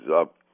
up